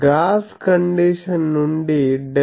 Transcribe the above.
gas condition నుండి ∇